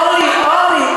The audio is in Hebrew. אורלי,